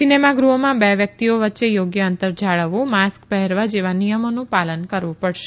સિનેમાગૃહોમાં બે વ્યક્તિઓ વચ્ચે યોગ્ય અંતર જાળવવુ માસ્ક પહેરવા જેવા નિયમોનું પાલન કરવું પડશે